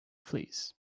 fleas